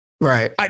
Right